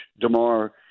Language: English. DeMar